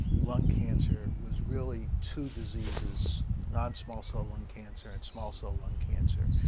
lung cancer was really two diseases, non-small cell lung cancer and small cell lung cancer.